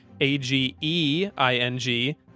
A-G-E-I-N-G